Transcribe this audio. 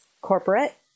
Corporate